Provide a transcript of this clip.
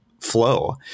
flow